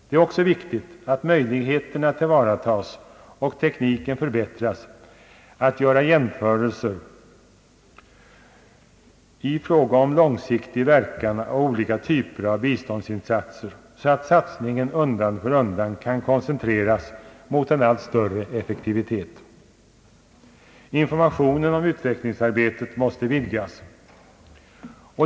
Det är också viktigt att möjligheterna tillvaratas och tekniken förbättras för att göra jämförelser i fråga om långsiktig verkan av olika typer av biståndsinsatser så att satsningen undan för undan kan koncentreras mot en allt större effektivitet. Informationen om utvecklingsarbetet måste vidgas.